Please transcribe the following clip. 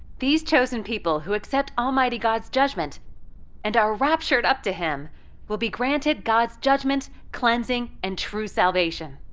these chosen people who accept almighty god's judgment and are raptured up to him will be granted god's judgment, cleansing, and true salvation.